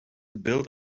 build